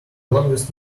longest